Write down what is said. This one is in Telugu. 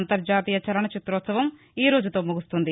అంతర్హతీయ చలన చిత్రోత్సవం ఈ రోజుతో ముగుస్తుంది